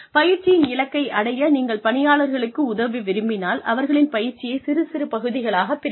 பயிற்சியின் இலக்கை அடைய நீங்கள் பணியாளர்களுக்கு உதவ விரும்பினால் அவர்களின் பயிற்சியை சிறு சிறு பகுதிகளாகப் பிரிக்கவும்